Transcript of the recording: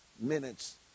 minutes